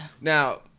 Now